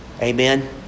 Amen